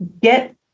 get